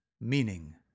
meaning